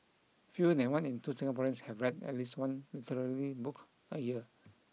fewer than one in two Singaporeans have read at least one literary book a year